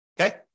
okay